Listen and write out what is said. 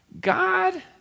God